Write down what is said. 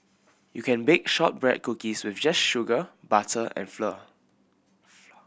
you can bake shortbread cookies with just sugar butter and flour flour